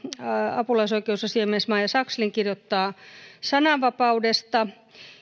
apulaisoikeusasiamies maija sakslin kirjoittaa sananvapaudesta